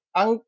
ang